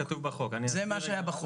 זה כתוב בחוק.